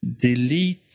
delete